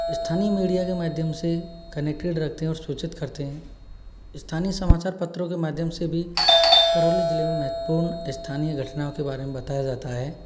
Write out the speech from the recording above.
स्थानीय मीडिया के माध्यम से कनेक्टेड रहते हैं और सूचित करते हैं स्थानीय समाचार पत्रों के माध्यम से भी करौली जिले में महत्वपूर्ण स्थानीय घटनाओं के बारे में बताया जाता है